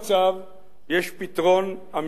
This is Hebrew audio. יש פתרון המניח את הדעת.